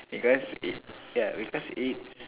because it yeah because it's